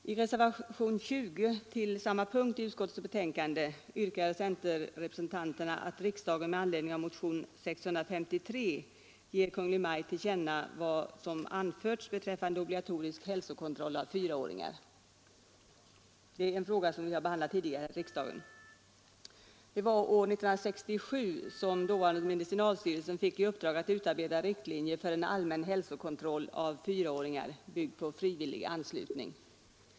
I reservationen 20 till samma punkt i utskottets betänkande yrkar centerrepresentanterna att riksdagen med anledning av motionen 653 ger Kungl. Maj:t till känna vad som anförts beträffande obligatorisk hälsokontroll av fyraåringar. Riksdagen har tidigare behandlat den frågan. År 1967 fick dåvarande medicinalstyrelsen i uppdrag att utarbeta riktlinjer för en allmän hälsokontroll av fyraåringar byggd på frivillig anslutning.